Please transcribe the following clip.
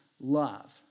love